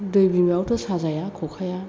दै बिमायावथ' साजाया खखाया